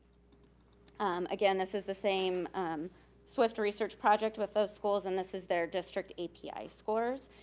again, this is the same swift research project with those schools and this is their district api scores.